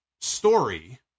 story